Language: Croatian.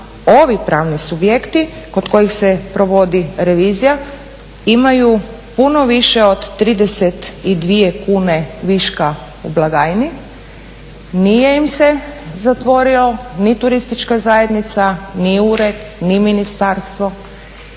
ovi pravni subjekti kod kojih se provodi revizija imaju puno više od 32 kune viška u blagajni, nije im se zatvorio ni turistička zajednica ni ured ni ministarstvo,